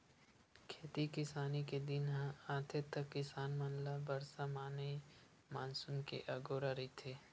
खेती किसानी के दिन ह आथे त किसान मन ल बरसा माने मानसून के अगोरा रहिथे